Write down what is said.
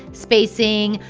spacing,